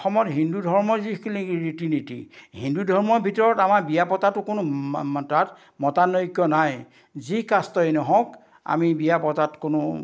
অসমত হিন্দু ধৰ্মৰ যিখিনি ৰীতি নীতি হিন্দু ধৰ্মৰ ভিতৰত আমাৰ বিয়া পতাটো কোনো তাত মতানৈক্য নাই যি কাষ্টেই নহওক আমি বিয়া পতাত কোনো